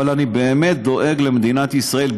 אבל אני באמת דואג למדינת ישראל,